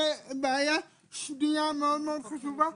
זו בעיה שנייה מאוד חשובה.